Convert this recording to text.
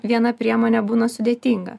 viena priemone būna sudėtinga